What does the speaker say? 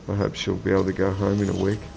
hope she'll be able to go home in a week.